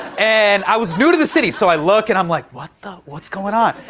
and i was new to the city, so i look and i'm, like, what the what's going on?